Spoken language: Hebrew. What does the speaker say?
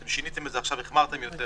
אתם שיניתם את זה עכשיו, החמרתם יותר.